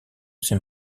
ses